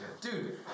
Dude